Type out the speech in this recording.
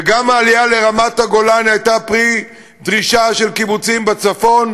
וגם העלייה לרמת-הגולן הייתה פרי דרישה של קיבוצים בצפון,